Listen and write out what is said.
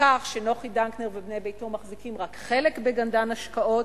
מכך שנוחי דנקנר ובני ביתו מחזיקים רק חלק ב"גנדן השקעות".